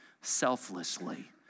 selflessly